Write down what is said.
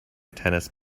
tennis